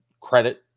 credit